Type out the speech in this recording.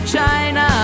China